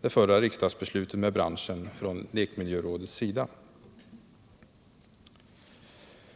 det förra riksdagsbeslutet med branschen från lekmiljörådets sida?